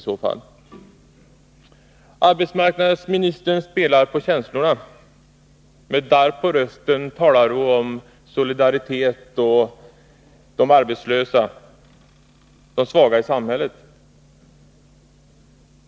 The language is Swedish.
Arbetsmarknadsministern spelar på känslorna. Metl darr på rösten talar hon om solidaritet och om de arbetslösa och de svaga i samhället.